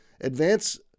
advance